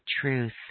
truth